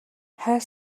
хайр